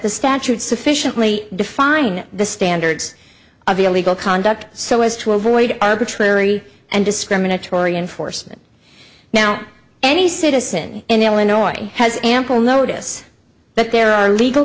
the statute sufficiently define the standards of illegal conduct so as to avoid arbitrary and discriminatory enforcement now any citizen in illinois has ample notice that there are legal